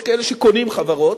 יש כאלה שקונים חברות,